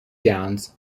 downs